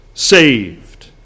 saved